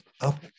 up